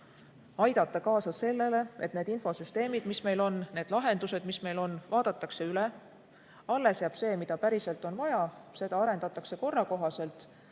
aidata kaasa sellele, et need infosüsteemid, mis meil on, need lahendused, mis meil on, vaadatakse üle. Alles jääb see, mida päriselt on vaja, seda arendatakse korra kohaselt